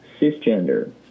cisgender